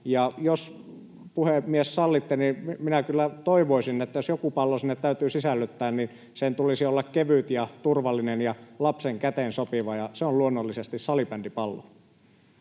Ja — puhemies, jos sallitte — minä kyllä toivoisin, että jos joku pallo sinne täytyy sisällyttää, niin sen tulisi olla kevyt ja turvallinen ja lapsen käteen sopiva, ja se on luonnollisesti salibandypallo.